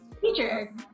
Teacher